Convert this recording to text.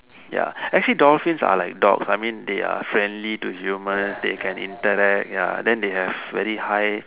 ya actually dolphins are like dogs I mean they are friendly to humans they can interact ya then they have very high